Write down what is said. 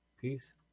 Peace